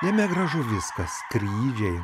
jame gražu viskas skrydžiai